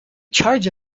charge